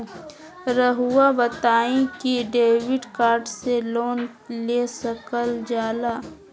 रहुआ बताइं कि डेबिट कार्ड से लोन ले सकल जाला?